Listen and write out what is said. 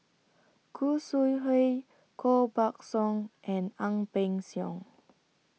Khoo Sui Hoe Koh Buck Song and Ang Peng Siong